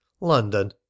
London